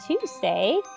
Tuesday